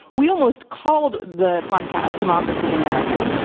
we almost called the podcast, democracy in america.